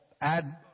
add